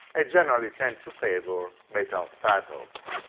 ah generally tend to favor metal saddles.